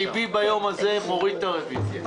ליבי ביום הזה איתם אני מוריד את הרוויזיה.